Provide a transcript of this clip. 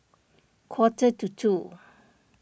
quarter to two